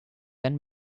then